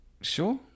Sure